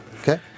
Okay